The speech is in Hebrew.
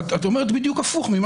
פסק דין זקין הסביר בדיוק הפוך.